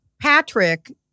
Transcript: Patrick